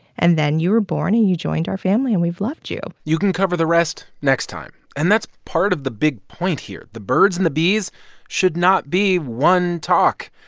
and then you were born and you joined our family, and we've loved you you can cover the rest next time. and that's part of the big point here. the birds and the bees should not be one talk.